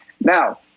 Now